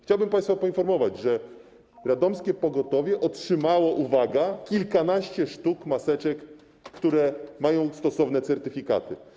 Chciałbym państwa poinformować, że radomskie pogotowie otrzymało, uwaga, kilkanaście sztuk maseczek, które mają stosowne certyfikaty.